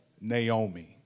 Naomi